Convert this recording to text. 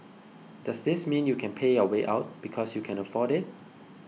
does this mean you can pay your way out because you can afford it